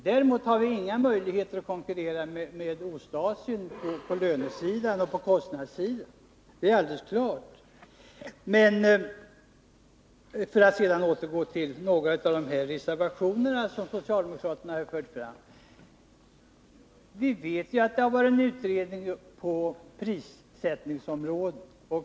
Däremot har vi inga möjligheter att konkurrera med Ostasien på löneoch kostnadssidan. Det är alldeles klart. För att återgå till några av de reservationer som socialdemokraterna har skrivit vet vi ju att det har varit en utredning på prissättningsområdet.